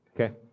Okay